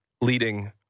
leading